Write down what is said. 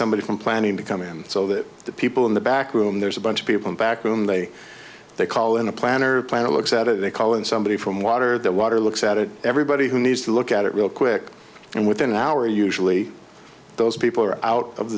somebody from planning to come in so that the people in the back room there's a bunch of people in back room they they call in a planner plan a looks at it they call in somebody from water the water looks at it everybody who needs to look at it real quick and within an hour usually those people are out of